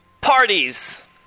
parties